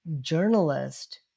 journalist